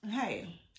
Hey